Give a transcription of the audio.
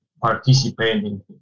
participating